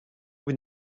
vous